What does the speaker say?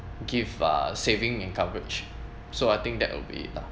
give uh saving and coverage so I think that will be it lah